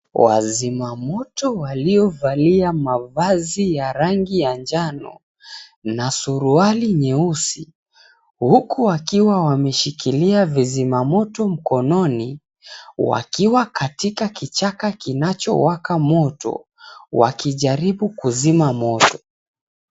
Wazimamoto waliovalia mavazi ya rangi njano na suruali nyeusi huku wakiwa wameshikilia vizima moto mkononi wakiwa katika kichaka kinachowaka moto, wakijaribu kuzima moto.